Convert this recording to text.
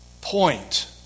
point